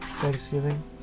Thanksgiving